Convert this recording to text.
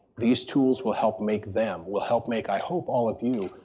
these tools will help make them, will help make, i hope, all of you,